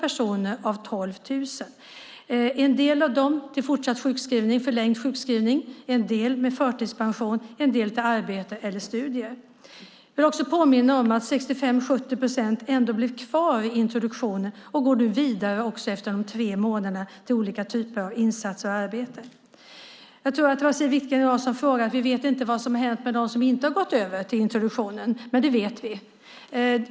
En del av dem gick till fortsatt sjukskrivning, en del till förtidspension och en del till arbete eller studier. Jag vill också påminna om att 65-70 procent blev kvar i introduktionen och går efter de tre månaderna vidare till olika insatser och arbete. Siw Wittgren-Ahl sade att vi inte vet vad som har hänt med dem som inte har gått över till introduktionen, men det vet vi.